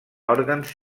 òrgans